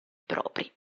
propri